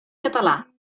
català